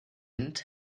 vierte